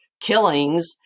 killings